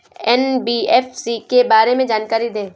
NBFC के बारे में जानकारी दें?